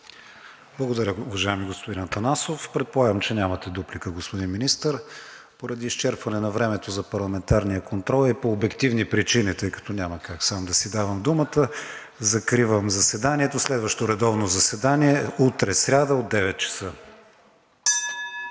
Благодаря, уважаеми господин Атанасов. Предполагам, че нямате дуплика, господин Министър? Не. Поради изчерпване на времето за парламентарния контрол и по обективни причини, тъй като няма как да си дам думата сам, закривам заседанието. Следващо редовно заседание – утре, сряда от 9,00 ч.